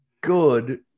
good